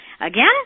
Again